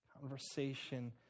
conversation